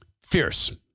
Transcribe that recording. Fierce